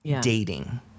dating